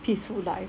peaceful life